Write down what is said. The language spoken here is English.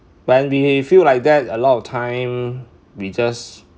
when we feel like that a lot of time we just